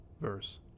verse